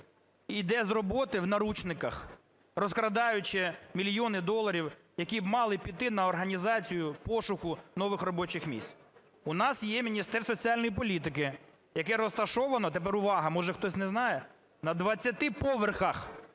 йде з роботи в наручниках, розкрадаючи мільйони доларів, які б мали піти на організацію пошуку нових робочих місць. У нас є Міністерство соціальної політики, яке розташоване (тепер увага, може, хтось не знає) на 20 поверхах.